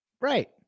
Right